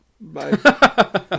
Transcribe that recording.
Bye